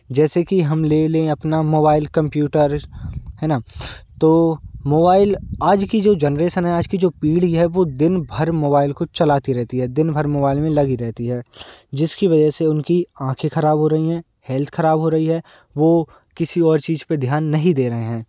जैसे कि हम ले लें अपना मोबाइल कंप्यूटर है ना तो मोबाइल आज की जो जनरेसन है आज की जो पीढ़ी है वो दिन भर मोबाइल को चलाती रहती है दिन भर मोबाइल में लगी रहती है जिसकी वजह से उन की आँखें खराब हो रही हैं हेल्थ खराब हो रही है वो किसी और चीज पर ध्यान नहीं दे रहे हैं